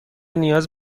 نیاز